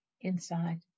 Inside